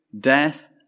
death